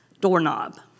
doorknob